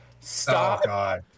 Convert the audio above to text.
stop